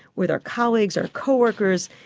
with our colleagues or co-workers.